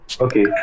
Okay